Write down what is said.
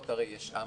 היום.